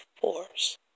force